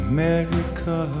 America